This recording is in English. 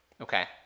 Okay